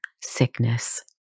sickness